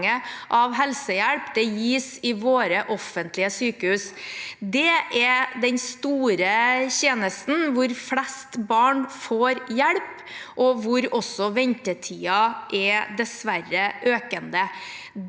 av helsehjelp gis i våre offentlige sykehus – det er den store tjenesten hvor flest barn får hjelp, og hvor også ventetiden dessverre er økende.